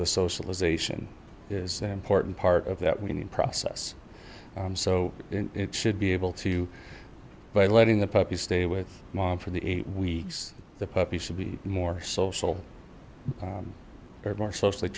the socialization is important part of that we need process so it should be able to by letting the puppy stay with mom for the eight weeks the puppy should be more social or more socially